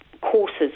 courses